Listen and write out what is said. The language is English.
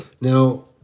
Now